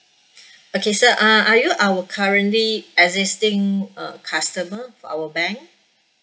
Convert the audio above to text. okay sir uh are you our currently existing uh customer of our bank